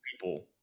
people